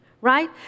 right